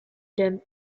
them